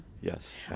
Yes